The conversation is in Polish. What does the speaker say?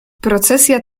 procesja